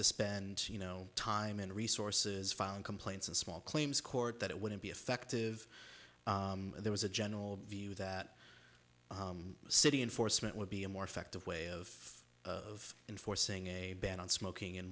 to spend you know time and resources filing complaints in small claims court that it wouldn't be effective there was a general view that city enforcement would be a more effective way of of enforcing a ban on smoking in